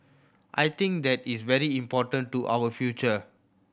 I think that is very important to our future